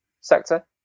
sector